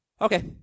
Okay